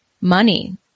money